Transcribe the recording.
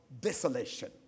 Desolation